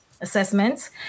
assessments